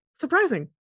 Surprising